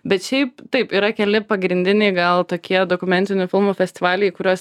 bet šiaip taip yra keli pagrindiniai gal tokie dokumentinių filmų festivaliai į kuriuos